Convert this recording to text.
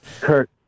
Kurt